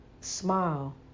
smile